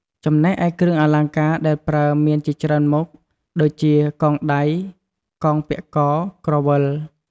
ចំណែកឯគ្រឿងអលង្ការដែលប្រើមានជាច្រើនមុខ ដូចជា កងដៃ កងពាក់ក ក្រវិល។